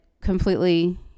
completely